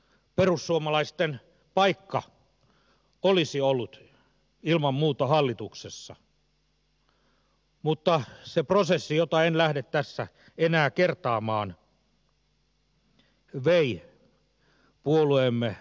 perussuomalaisten paikka olisi ollut ilman muuta hallituksessa mutta se prosessi jota en lähde tässä enää kertaamaan vei puolueemme oppositioon